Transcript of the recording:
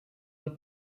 del